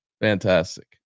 Fantastic